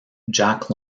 jack